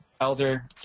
elder